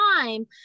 time